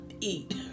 eat